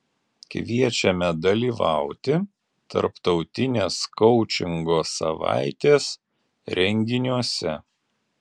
kviečiame dalyvauti tarptautinės koučingo savaitės renginiuose